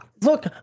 look